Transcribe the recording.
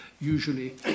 usually